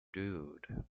dude